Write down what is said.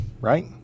Right